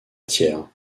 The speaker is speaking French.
thiers